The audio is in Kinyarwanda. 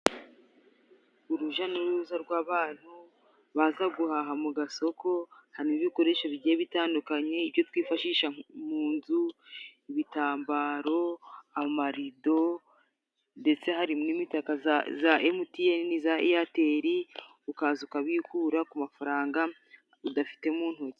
Urujya n'uruza rw'abantu baza guhaha mu gasoko harimo ibikoresho bigiye bitandukanye, ibyo twifashisha mu nzu ibitambaro, amarido ndetse harimo imitaka za emuti eni, za eyateli, ukaza ukabikura ku mafaranga udafite mu ntoki.